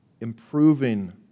improving